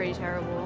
terrible.